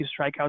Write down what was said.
strikeouts